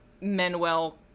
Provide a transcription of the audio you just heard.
Manuel